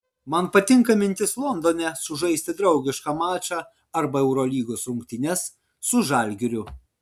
man patinka mintis londone sužaisti draugišką mačą arba eurolygos rungtynes su žalgiriu